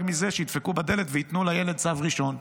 מזה שידפקו בדלת וייתנו לילד צו ראשון.